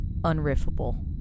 unriffable